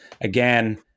again